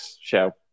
show